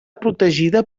protegida